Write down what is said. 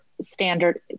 standard